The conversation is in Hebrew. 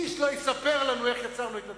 איש לא יספר לנו איך יצרנו את הדברים.